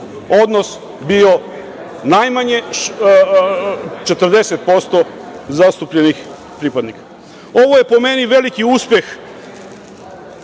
odnos bio najmanje 40% zastupljenih pripadnika. Ovo je po meni veliki uspeh